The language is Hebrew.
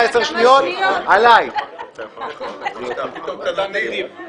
(הישיבה נפסקה בשעה 12:21 ונתחדשה בשעה 12:26.)